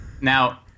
Now